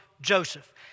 Joseph